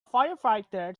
firefighter